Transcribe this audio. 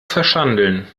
verschandeln